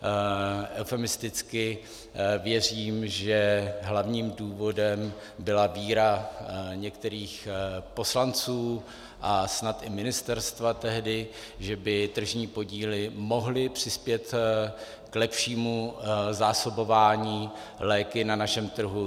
Eufemisticky věřím, že hlavním důvodem byla víra některých poslanců a snad i ministerstva tehdy, že by tržní podíly mohly přispět k lepšímu zásobování léky na našem trhu.